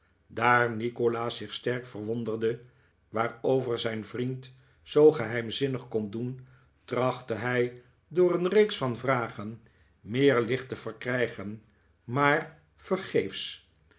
daar nikolaas zich sterk verwonderde waarover zijn vriend zoo geheimzinnig kon doen trachtte hij door een reeks van vragen meer licht te verkrijgen maar vergeefs